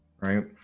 Right